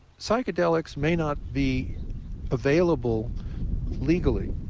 psychedelics may not be available legally,